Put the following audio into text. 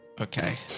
Okay